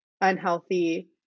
unhealthy